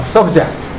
Subject